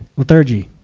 lethargy.